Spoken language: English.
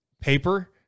paper